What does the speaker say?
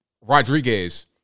Rodriguez